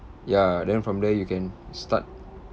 ya then from there you can start